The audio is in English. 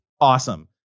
awesome